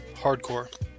Hardcore